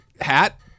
Hat